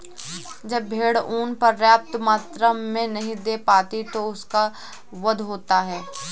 जब भेड़ ऊँन पर्याप्त मात्रा में नहीं दे पाती तो उनका वध होता है